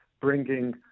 bringing